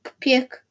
pick